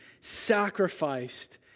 sacrificed